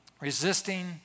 resisting